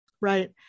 Right